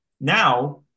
Now